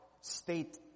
state